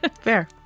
Fair